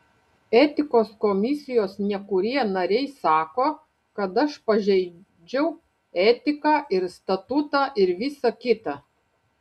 etikos komisijos nekurie nariai sako kad aš pažeidžiau etiką ir statutą ir visa kita